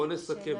בואו נסכם.